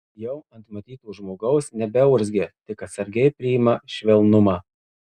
jau ant matyto žmogaus nebeurzgia tik atsargiai priima švelnumą